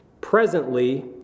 presently